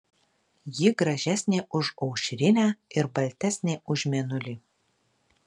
ji gražesnė už aušrinę ir baltesnė už mėnulį